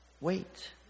wait